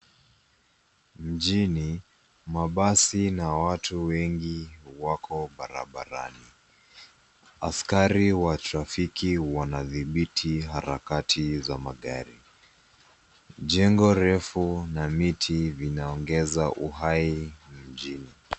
Mjini , mabasi na watu wengi wako barabarani. Askari wa trafiki wanadhitibi harakati za magari. Jengo refu na miti vinaongeza uhai mjini.